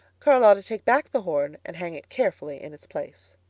charlotta, take back the horn and hang it carefully in its place.